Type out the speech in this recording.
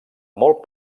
molt